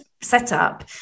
setup